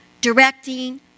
directing